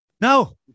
No